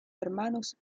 hermanos